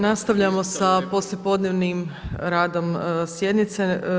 Nastavljamo sa poslijepodnevnim radom sjednice.